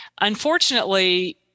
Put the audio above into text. unfortunately